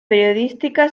periodística